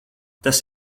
tas